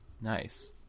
Nice